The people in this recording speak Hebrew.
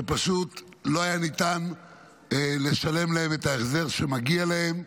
שפשוט לא היה ניתן לשלם להם את ההחזר שמגיע להם.